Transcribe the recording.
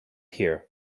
here